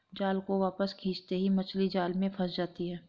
जाल को वापस खींचते ही मछली जाल में फंस जाती है